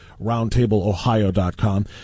RoundTableOhio.com